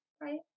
right